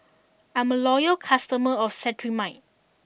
I'm a loyal customer of Cetrimide